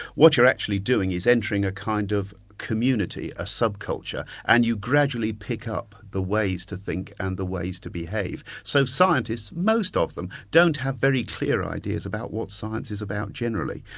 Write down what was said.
what you're actually doing is entering a kind of community, a sub-culture, and you gradually pick up the ways to think and the ways to behave. so scientists, most of them, don't have very clear ideas about what science is about generally.